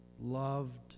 loved